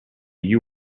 you